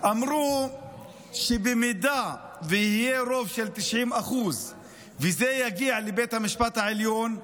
אמרו שאם יהיה רוב של 90% וזה יגיע לבית המשפט העליון,